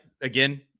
again